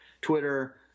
Twitter